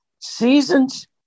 Seasons